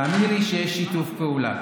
תאמיני לי שיש שיתוף פעולה.